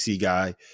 guy